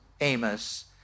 Amos